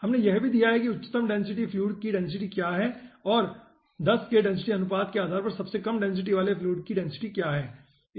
और हमने यह भी दिया है कि उच्चतम डेंसिटी फ्लूइड का डेंसिटी क्या है और 10 के डेंसिटी अनुपात के आधार पर सबसे कम डेंसिटी वाले फ्लूइड का डेंसिटी क्या है